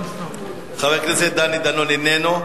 חבר הכנסת דני דנון, איננו.